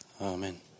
Amen